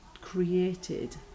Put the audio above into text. created